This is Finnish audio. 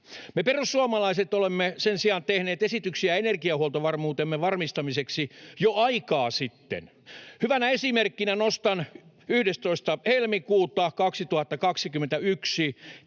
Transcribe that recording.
Me perussuomalaiset olemme sen sijaan tehneet esityksiä energiahuoltovarmuutemme varmistamiseksi jo aikaa sitten. Hyvänä esimerkkinä nostan 11.